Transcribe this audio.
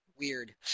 weird